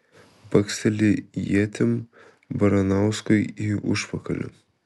baksteli ietim baranauskui į užpakalį